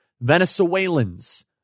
Venezuelans